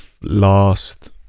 last